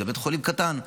זה בית חולים קטן.